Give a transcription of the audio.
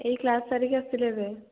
ଏଇ କ୍ଲାସ୍ ସାରିକି ଆସିଲି ଏବେ